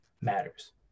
matters